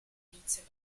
inizio